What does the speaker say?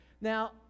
Now